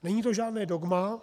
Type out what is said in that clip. Není to žádné dogma.